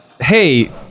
Hey